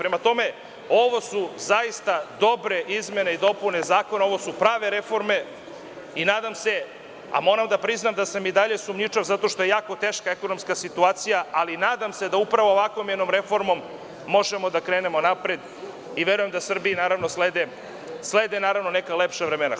Prema tome, ovo su zaista dobre izmene i dopune zakona, ovu su prave reforme i nadam se, a moram da priznam da sam i dalje sumnjičav zato što je jako teška ekonomska situacija, ali nadam se da upravo ovakvom jednom reformom možemo da krenemo napred i verujem da Srbiji slede neka lepša vremena.